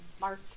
Mark